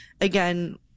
again